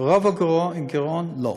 ברוב הגירעון, לא.